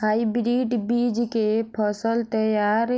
hybrid बीज केँ फसल तैयार